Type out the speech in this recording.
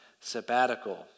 sabbatical